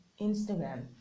Instagram